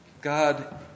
God